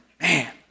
Man